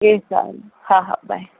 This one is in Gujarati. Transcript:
એ સારું હા હા બાય